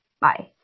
Bye